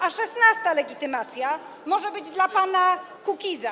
A szesnasta legitymacja może być dla pana Kukiza.